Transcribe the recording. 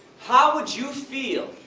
how would you feel,